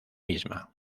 misma